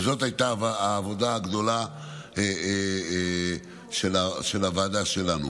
וזאת הייתה העבודה הגדולה של הוועדה שלנו.